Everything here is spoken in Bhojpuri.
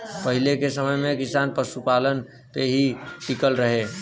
पहिले के समय में किसान पशुपालन पे ही टिकल रहे